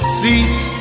seat